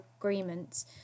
agreements